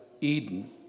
Eden